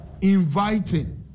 inviting